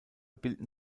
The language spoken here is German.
bilden